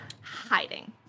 hiding